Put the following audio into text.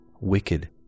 wicked